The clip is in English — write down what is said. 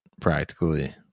practically